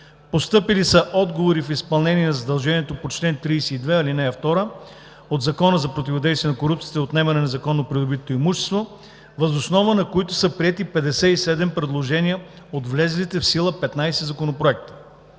Постъпили са отговори в изпълнение на задължението по чл. 32, ал. 2 от Закона за противодействие на корупцията и за отнемане на незаконно придобитото имущество (ЗПКОНПИ), въз основа на които са приети 57 предложения от влезлите в сила 15 законопроекта.